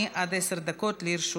אין מתנגדים, אין נמנעים.